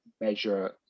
measure